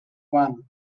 one